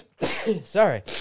sorry